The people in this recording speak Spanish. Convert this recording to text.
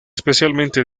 especialmente